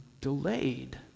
delayed